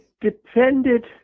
depended